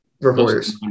reporters